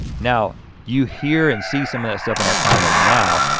now you hear and see some of that stuff in our comedy now.